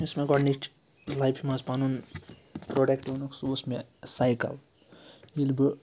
یُس مےٚ گۄڈنِچ لایفہِ منٛز پَنُن پرٛوڈَکٹ اوٚنُکھ سُہ اوس مےٚ سایکَل ییٚلہِ بہٕ